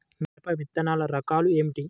మిరప విత్తనాల రకాలు ఏమిటి?